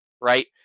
Right